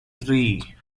three